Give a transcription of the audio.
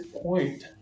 point